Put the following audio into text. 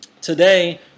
today